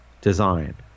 design